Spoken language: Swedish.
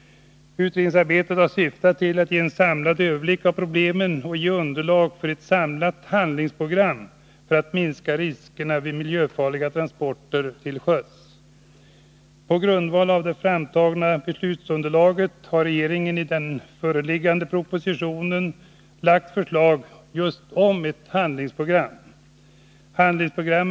Utredningsarbetet har syftat till att ge en samlad överblick över problemen och att ge ett underlag för ett samlat handlingsprogram för att minska riskerna vid miljöfarliga transporter till sjöss. På grundval av det framtagna beslutsunderlaget har regeringen i föreliggande proposition lagt fram ett förslag till handlingsprogram.